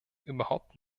überhaupt